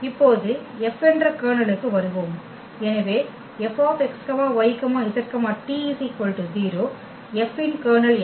இப்போது F என்ற கர்னலுக்கு வருவோம் எனவே F x y zt 0 F இன் கர்னல் என்ன